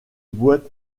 boîte